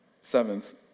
Seventh